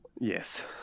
yes